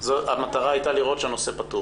המטרה הייתה לראות שהנושא פתור.